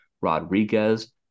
Rodriguez